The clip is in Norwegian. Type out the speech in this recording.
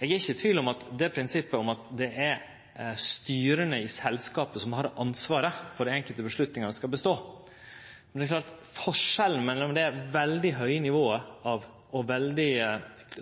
Eg er ikkje i tvil om at prinsippet om at det er styra i selskapa som har ansvaret for dei enkelte avgjerdene, skal bestå. Men det er klart at forskjellen mellom det veldig høge nivået og den veldig